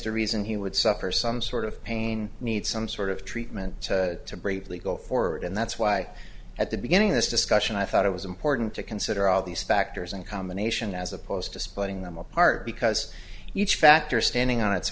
to reason he would suffer some sort of pain need some sort of treatment to bravely go forward and that's why at the beginning of this discussion i thought it was important to consider all these factors in combination as opposed to splitting them apart because each factor standing on its